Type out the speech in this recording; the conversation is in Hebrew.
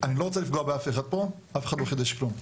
אני לא רוצה לפגוע באף אחד פה אבל אף אחד לא חידש כלום.